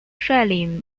率领